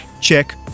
check